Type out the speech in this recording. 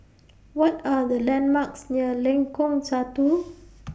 What Are The landmarks near Lengkong Satu